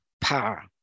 power